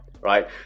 right